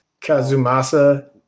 Kazumasa